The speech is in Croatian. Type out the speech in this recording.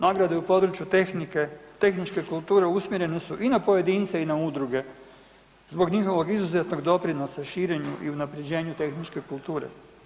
Nagrade u području tehničke kulture usmjerene su i na pojedince i na udruge zbog njihovog izuzetnog doprinosa širenju i unapređenju tehničke kulture.